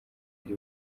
ari